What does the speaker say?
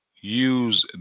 use